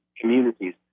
communities